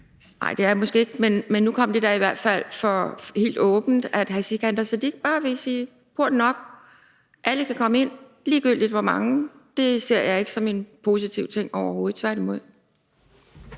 en anden kultur, som ikke er vores? Nu kom det da i hvert fald helt åbent frem, at hr. Sikandar Siddique bare vil sige: Porten op, alle kan komme ind, ligegyldigt hvor mange. Det ser jeg ikke som en positiv ting overhovedet, tværtimod.